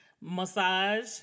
massage